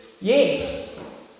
yes